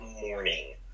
morning